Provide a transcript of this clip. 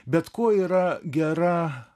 bet kuo yra gera